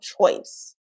choice